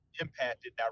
impacted